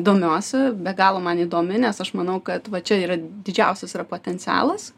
domiuosi be galo man įdomi nes aš manau kad va čia yra didžiausias potencialas